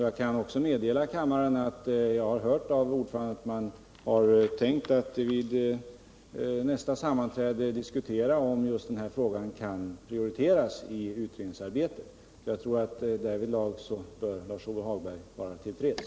Jag kan också meddela kammaren att jag har hört av ordföranden att utredningen vid nästa sammanträde tänker diskutera om just denna fråga kan prioriteras i utredningsarbetet. Därmed borde Lars-Ove Hagberg vara till freds.